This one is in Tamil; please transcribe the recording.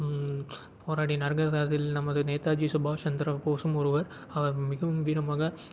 போராடினார்கள் அதில் நமது நேதாஜி சுபாஷ்சந்திர போஸும் ஒருவர் அவர் மிகவும் வீரமாக